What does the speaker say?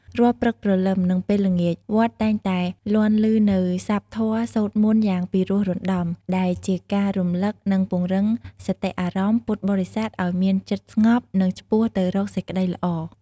រាល់ព្រឹកព្រលឹម និងពេលល្ងាច វត្តតែងតែលាន់ឮនូវស័ព្ទធម៌សូត្រមន្តយ៉ាងពីរោះរណ្ដំ ដែលជាការរំលឹក និងពង្រឹងសតិអារម្មណ៍ពុទ្ធបរិស័ទឲ្យមានចិត្តស្ងប់ និងឆ្ពោះទៅរកសេចក្តីល្អ។